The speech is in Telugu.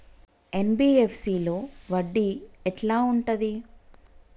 ఎన్.బి.ఎఫ్.సి లో వడ్డీ ఎట్లా ఉంటది?